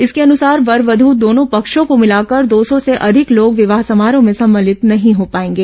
इसके अनुसार वर वध् दोनों पक्षों को मिलाकर दो सौ अधिक लोग विवाह समारोह में सम्मलित नहीं हो पाएंगे